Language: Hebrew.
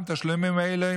אולם תשלומים אלה